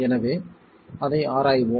எனவே அதை ஆராய்வோம்